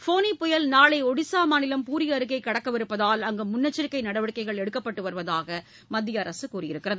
ஃபோனி புயல் நாளை ஒடிசா மாநிலம் பூரி அருகே கடக்கவிருப்பதால் அங்கு முன்னெச்சிக்கை நடவடிக்கைகள் எடுக்கப்பட்டு வருவதாக மத்திய அரசு தெரிவித்துள்ளது